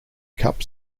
cup